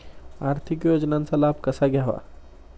आर्थिक योजनांचा लाभ कसा घ्यावा?